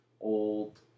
old